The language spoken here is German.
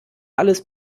alles